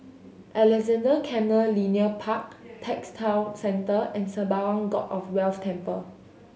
Alexandra Canal Linear Park Textile Centre and Sembawang God of Wealth Temple